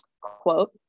quote